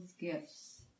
gifts